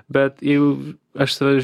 bet jau aš save